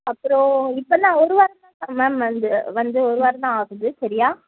அப்புறம் இப்போ என்ன ஒரு வாரம் தான் மேம் வந்து வந்து ஒருவாரம்தான் ஆகுது சரியா